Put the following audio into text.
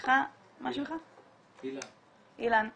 אילן,